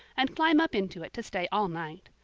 and climb up into it to stay all night.